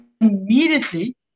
immediately